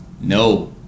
No